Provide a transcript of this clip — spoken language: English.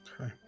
Okay